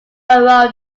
own